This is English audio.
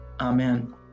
Amen